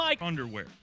underwear